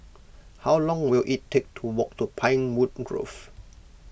how long will it take to walk to Pinewood Grove